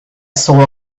soul